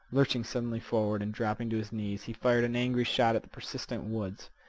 lurching suddenly forward and dropping to his knees, he fired an angry shot at the persistent woods.